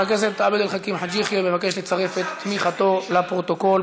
הייתי פה ולא הספקתי.